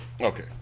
okay